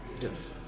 Yes